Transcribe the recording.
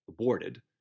aborted